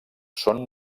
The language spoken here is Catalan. són